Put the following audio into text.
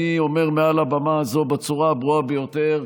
אני אומר מעל הבמה הזו בצורה הברורה ביותר: